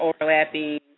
overlapping